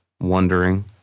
wondering